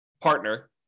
partner